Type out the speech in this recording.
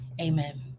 Amen